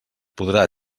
podrà